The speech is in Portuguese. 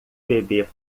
bebê